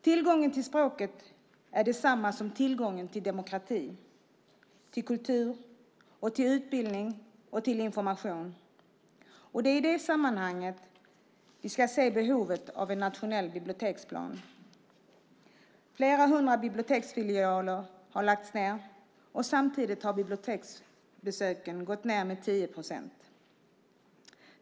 Tillgången till språket är detsamma som tillgången till demokrati, kultur, utbildning och information. Det är i det sammanhanget vi ska se behovet av en nationell biblioteksplan. Flera hundra biblioteksfilialer har lagts ned, och samtidigt har biblioteksbesöken gått ned med 10 procent.